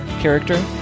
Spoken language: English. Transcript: character